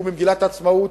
זה במגילת העצמאות,